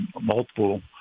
multiple